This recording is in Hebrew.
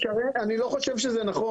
שרן, אני לא חושב שזה נכון.